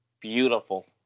beautiful